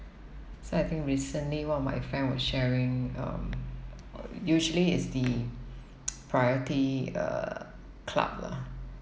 so I think recently one of my friend was sharing um usually is the priority uh club lah